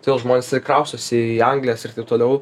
todėl žmonės ir kraustosi į anglijas ir taip toliau